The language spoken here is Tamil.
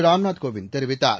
ராம்நாத் கோவிந்த் தெரிவித்தார்